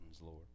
Lord